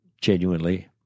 genuinely